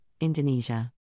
Indonesia